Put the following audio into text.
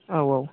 औ औ